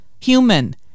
human